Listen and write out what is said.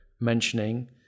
mentioning